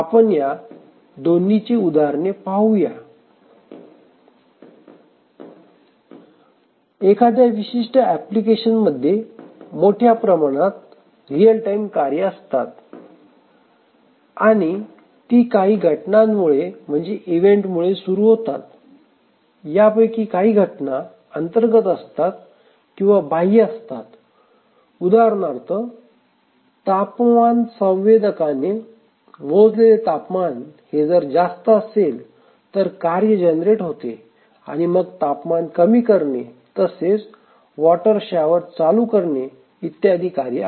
आपण या दोन्ही ची उदाहरणे पाहूया एखाद्या विशिष्ट एप्लिकेशन मध्ये मोठ्या प्रमाणात रिअल टाइम कार्य असतात आणि ती काही घटनांमुळे म्हणजे इव्हेंट मुळे सुरू होतात ह्यापैकी काही घटना अंतर्गत असतात किंवा बाह्य असतात उदाहरणार्थ तापमान संवेदकाने मोजलेले तापमान हे जर जास्त असेल तर कार्य जनरेट होते आणि मग तापमान कमी करणे तसेच वॉटर शॉवर चालू करणे इत्यादी कार्ये आहेत